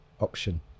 option